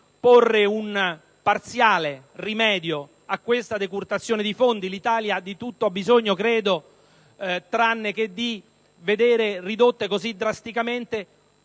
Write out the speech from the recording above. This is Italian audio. porre un parziale rimedio a questa decurtazione di fondi. L'Italia di tutto ha bisogno, credo, tranne che di vedere ridotte così drasticamente